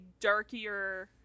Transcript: darkier